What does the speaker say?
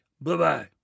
Bye-bye